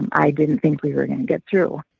and i didn't think we were gonna get through,